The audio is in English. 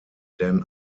dan